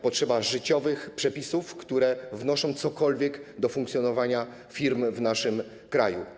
Potrzeba życiowych przepisów, które wnoszą cokolwiek do funkcjonowania firm w naszym kraju.